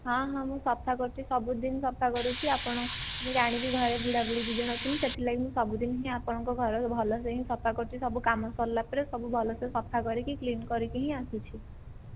ହଁ ହଁ ମୁଁ ସଫାକରୁଛି ସବୁଦିନ ସଫାକରୁଛି ଆପଣ ମୁଁ ଜାଣିଛି ଘରେ ବୁଢାବୁଢ଼ୀ ଦୁଇ ଜଣ ଅଛନ୍ତି ସେଥିଲାଗି ମୁଁ ସବୁଦିନ ହିଁ ଆପଣଙ୍କ ଘର ଭଲସେ ହିଁ ସଫାକରୁଛି ସବୁକାମ ସରିଲାପରେ ସବୁ ଭଲସେ ସଫାକରିକି କ୍ଲିନକରିକି ହିଁ ଆସୁଛି